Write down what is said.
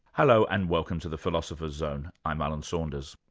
hello, and welcome to the philosopher's zone. i'm alan saunders.